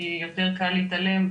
כי יותר קל להתעלם,